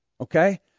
Okay